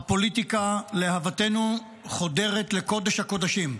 הפוליטיקה, להבתנו, חודרת לקודש-הקודשים.